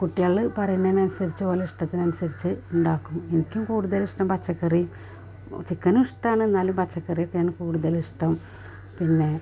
കുട്ടികൾ പറയുന്നതിനനുസരിച്ച് ഓലിഷ്ടത്തിനനുസരിച്ച് ഉണ്ടാക്കും എനിക്കും കൂടുതലിഷ്ടം പച്ചക്കറി ചിക്കനും ഇഷ്ടമാണ് എന്നാലും പച്ചക്കറിയൊക്കെയാണ് കൂടുതലും ഇഷ്ടം പിന്നെ